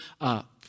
up